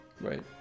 Right